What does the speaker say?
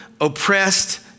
oppressed